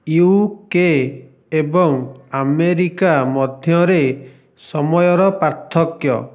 UK ଏବଂ America ମଧ୍ୟରେ ସମୟର ପାର୍ଥକ୍ୟ